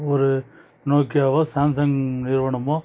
ஒரு நோக்கியாவோ சாம்சங் நிறுவனமோ